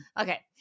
Okay